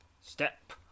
Step